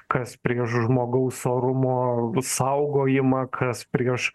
kas prieš žmogaus orumo saugojimą kas prieš